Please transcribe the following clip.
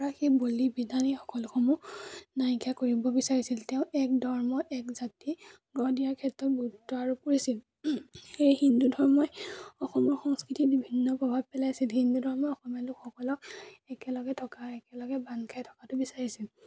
পৰা সেই বলি বিধানী সকলোসমূহ নাইকিয়া কৰিব বিচাৰিছিল তেওঁ এক ধৰ্ম এক জাতি গঢ় দিয়াৰ ক্ষেত্ৰত গুৰুত্ব আৰোপ কৰিছিল সেই হিন্দু ধৰ্মই অসমৰ সংস্কৃতিত বিভিন্ন প্ৰভাৱ পেলাইছিল হিন্দু ধৰ্মই অসমীয়া লোকসকলক একেলগে থকা একেলগে বান্ধ খাই থকাটো বিচাৰিছিল